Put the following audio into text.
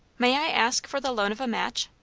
may i ask for the loan of a match?